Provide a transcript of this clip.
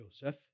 Joseph